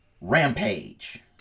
Rampage